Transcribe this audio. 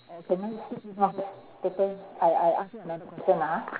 or can I skip this one first later I I ask you another question lah ha